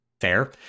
fair